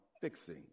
fixing